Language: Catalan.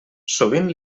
sovint